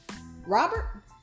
Robert